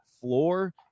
floor